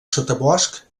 sotabosc